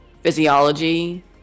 physiology